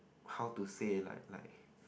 how to say like like